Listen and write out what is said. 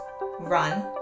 run